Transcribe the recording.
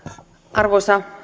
arvoisa